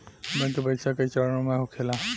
bank के परीक्षा कई चरणों में होखेला